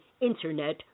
internet